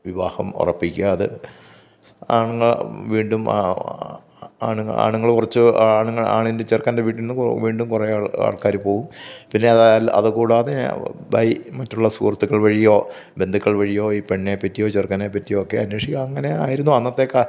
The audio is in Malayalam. വിവാഹം ഉറപ്പിക്കാൻ അത് അങ്ങ് വീണ്ടും ആണ് ആണുങ്ങൾ കുറച്ച് ആണ് ആണിൻ്റെ ചെറുക്കൻ്റെ വീട്ടീന്ന് വീണ്ടും കുറെ ആൾക്കാർ പോവും പിന്നെ അതുകൂടാതെ മറ്റുള്ള ബൈ സുഹൃത്തുക്കൾ വഴിയോ ബന്ധുക്കൾ വഴിയോ ഈ പെണ്ണിനെ പറ്റിയോ ചെറുക്കനെ പറ്റിയോ ഒക്കെ അന്വേഷിക്കും അങ്ങനെ ആയിരുന്നു അന്നത്തെ കാലം